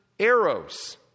arrows